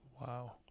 Wow